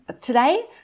today